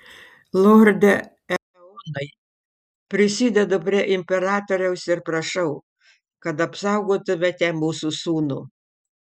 lorde eonai prisidedu prie imperatoriaus ir prašau kad apsaugotumėte mūsų sūnų